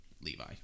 Levi